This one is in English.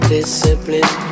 Discipline